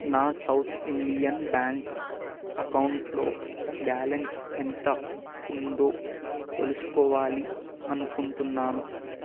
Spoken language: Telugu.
నా సౌత్ ఇండియన్ బ్యాంక్ అకౌంట్లో బ్యాలన్స్ ఎంత ఉందో తెలుసుకోవాలి అనుకుంటున్నాను